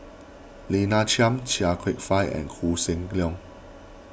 Lina Chiam Chia Kwek Fah and Koh Seng Leong